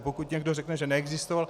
Pokud někdo řekne, že neexistoval...